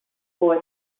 boy